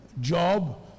job